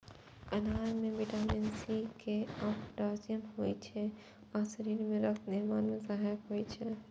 अनार मे vitamin C, K आ पोटेशियम होइ छै आ शरीर मे रक्त निर्माण मे सहायक होइ छै